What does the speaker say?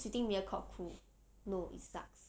cause you think Mediacorp cool no it sucks